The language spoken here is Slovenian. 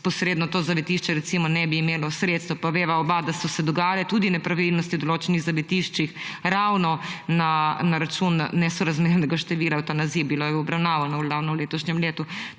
posredno to zavetišče ne bi imelo sredstev. Pa veva oba, da so se dogajale tudi nepravilnosti v določenih zavetiščih ravno na račun nesorazmernega števila evtanazij. Bilo je obravnavano ravno v letošnjem letu.